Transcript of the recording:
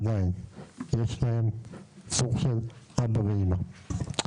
יש להם סוג של אבא ואמא.